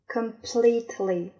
Completely